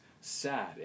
sad